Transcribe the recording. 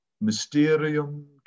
mysterium